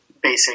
basic